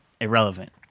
irrelevant